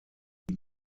die